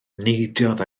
neidiodd